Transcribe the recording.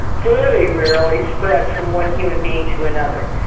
very rarely spread from one human being to another.